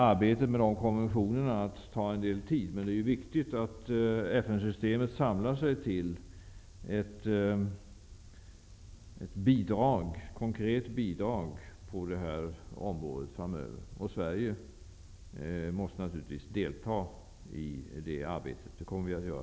Arbetet med de konventionerna kommer att ta en del tid, men det är viktigt att FN-systemet framöver samlar sig till ett konkret bidrag på det här området. Sverige måste naturligtvis delta i det arbetet. Det kommer vi att göra.